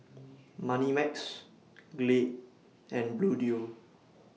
Moneymax Glade and Bluedio